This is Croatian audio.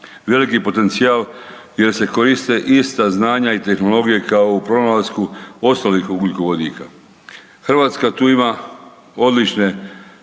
veliki potencijal jer se koriste ista znanja i tehnologije kao u pronalasku ostalih ugljikovodika. Hrvatska tu ima odlične